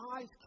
eyes